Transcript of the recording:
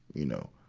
you know.